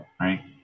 right